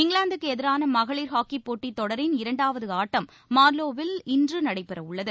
இங்கிலாந்துக்கு எதிரான மகளிர் ஹாக்கிப் போட்டித் தொடரின் இரண்டாவது ஆட்டம் மார்லோவில் இன்று நடைபெற உள்ளது